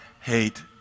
hate